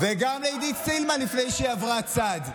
וגם לעידית סילמן, לפני שעברה צד.